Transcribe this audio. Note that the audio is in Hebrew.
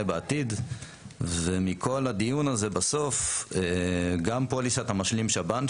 בעתיד ומכל הדיון הזה בסוף גם פוליסת המשלים שב"ן,